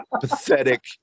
pathetic